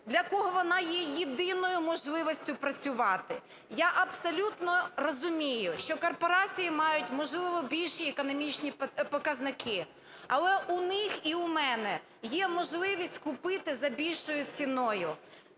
для кого вона є єдиною можливістю працювати. Я абсолютно розумію, що корпорації мають, можливо, більші економічні показники. Але у них і у мене є можливість купити за більшою ціною.